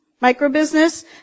micro-business